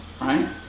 right